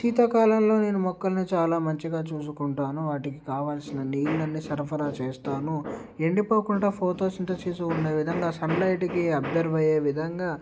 శీతాకాలంలో నేను మొక్కల్ని చాలా మంచిగా చూసుకుంటాను వాటికి కావాల్సిన నీళ్ళని సరఫరా చేస్తాను ఎండిపోకుండా ఫోటోసింథసిస్ ఉన్న విధంగా సన్లైట్కి అబ్సర్వ్ అయ్యే విధంగా